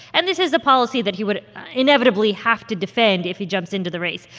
and this is a policy that he would inevitably have to defend if he jumps into the race.